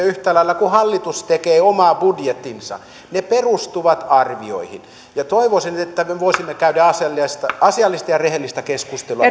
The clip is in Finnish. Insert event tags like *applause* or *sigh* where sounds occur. *unintelligible* yhtä lailla kuin hallitus tekee omaa budjettiaan ne perustuvat arvioihin ja toivoisin että me voisimme käydä asiallista asiallista ja rehellistä keskustelua *unintelligible*